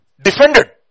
defended